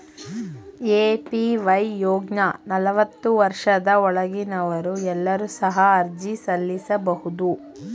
APY ಯೋಜ್ನ ನಲವತ್ತು ವರ್ಷದ ಒಳಗಿನವರು ಎಲ್ಲರೂ ಸಹ ಅರ್ಜಿ ಸಲ್ಲಿಸಬಹುದು